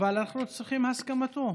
אבל אנחנו צריכים את הסכמתו.